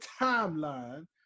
timeline